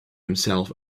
himself